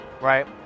right